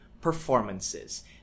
performances